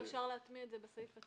או אפשר להטמיע את זה בסעיף עצמו,